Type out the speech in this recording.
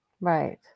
Right